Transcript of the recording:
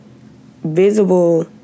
visible